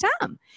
time